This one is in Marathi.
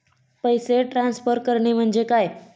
पैसे ट्रान्सफर करणे म्हणजे काय?